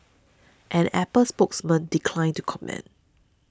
an Apple spokesman declined to comment